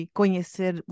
conhecer